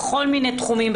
בכל מיני תחומים,